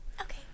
Okay